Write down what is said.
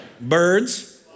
Birds